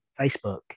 Facebook